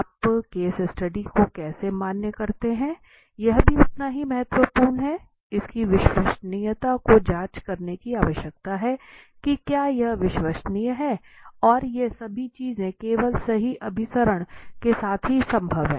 आप case study को कैसे मान्य करते हैं यह भी उतना ही महत्वपूर्ण है और इसकी विश्वसनीयता को जाँच करने की आवश्यकता है कि क्या यह विश्वसनीय है और ये सभी चीजें केवल सही अभिसरण के साथ ही संभव है